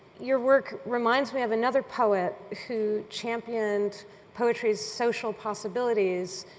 your work reminds me of another poet who championed poetry's social possibilities,